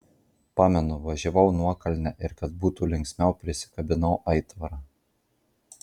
pamenu važiavau nuokalne ir kad būtų linksmiau prisikabinau aitvarą